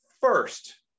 first